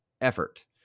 effort